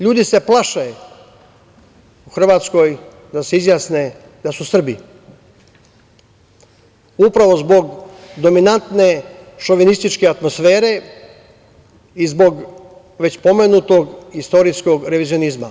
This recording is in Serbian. Ljudi se plaše u Hrvatskoj da se izjasne da su Srbi upravo zbog dominantne šovinističke atmosfere i zbog već pomenutog istorijskog revizionizma.